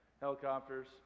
Helicopters